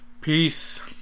Peace